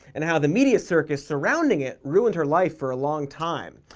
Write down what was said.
and how the media circus surrounding it ruined her life for a long time,